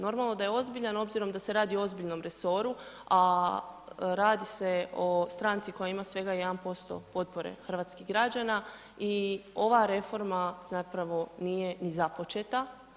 Normalno da je ozbiljan obzirom da se radi o ozbiljnom resoru, a radi se o stranci koja ima svega 1% potpore hrvatskih građana i ova reforma zapravo nije ni započeta.